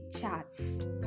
Charts